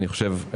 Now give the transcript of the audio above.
אני חושב,